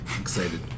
Excited